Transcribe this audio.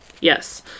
Yes